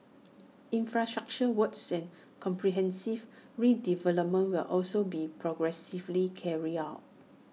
infrastructure works and comprehensive redevelopment will also be progressively carried out